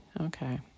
okay